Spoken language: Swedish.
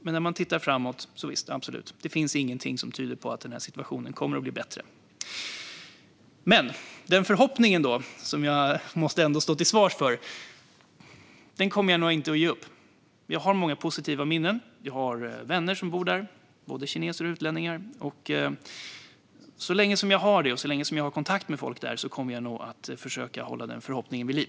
Men när man tittar framåt finns ingenting som tyder på att situationen kommer att bli bättre. Den förhoppning som jag ändå måste stå till svars för kommer jag nog inte att ge upp. Jag har många positiva minnen. Jag har vänner som bor där, både kineser och utlänningar. Så länge jag har det och så länge jag har kontakt med folk där kommer jag nog att försöka hålla denna förhoppning vid liv.